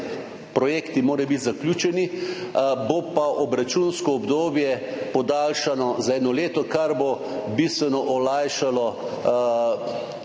projekti morajo biti zaključeni, bo pa obračunsko obdobje podaljšano za eno leto, kar bo bistveno olajšalo